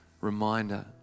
reminder